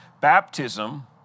Baptism